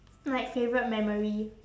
like favourite memory